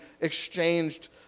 exchanged